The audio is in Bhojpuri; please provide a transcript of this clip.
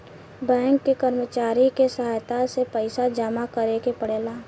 बैंक के कर्मचारी के सहायता से पइसा जामा करेके पड़ेला